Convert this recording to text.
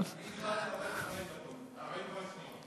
אני דיברתי 45 שניות.